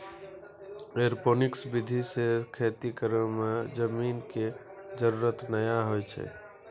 aeroponics विधि सॅ खेती करै मॅ जमीन के जरूरत नाय होय छै